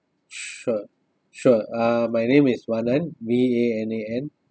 sure sure uh my name is vanan V A N A N